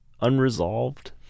unresolved